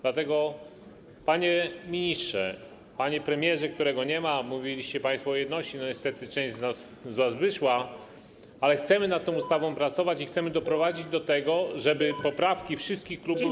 Dlatego, panie ministrze, panie premierze, którego nie ma - mówiliście państwo o jedności, niestety część z was wyszła - chcemy nad tą ustawą pracować i chcemy doprowadzić do tego, żeby poprawki wszystkich klubów.